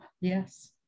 Yes